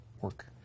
work